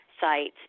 sites